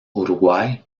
uruguay